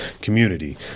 community